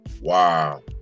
Wow